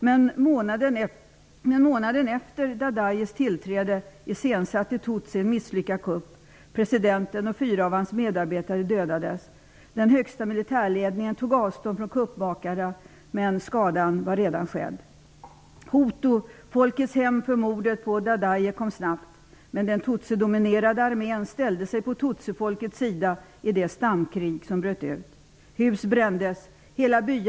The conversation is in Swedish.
Men månaden efter Dadayes tillträde iscensatte tutsi en misslyckad kupp. Presidenten och fyra av hans medarbetare dödades. Den högsta militärledningen tog avstånd från kuppmakarna, men skadan var redan skedd. Hutufolkets hämnd för mordet på Dadaye kom snabbt. Men den tutsidominerade armén ställde sig på tutsifolkets sida i det stamkrig som bröt ut.